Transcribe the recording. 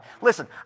Listen